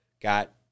got